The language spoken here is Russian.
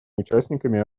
участниками